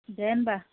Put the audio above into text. दे होमब्ला